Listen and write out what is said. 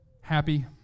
happy